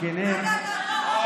זקנים,